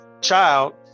child